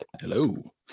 Hello